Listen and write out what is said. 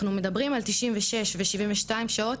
אנחנו מדברים על 96 ו-72 שעות.